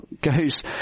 goes